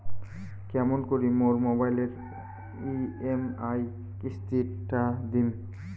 কেমন করি মোর মোবাইলের ই.এম.আই কিস্তি টা দিম?